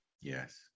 yes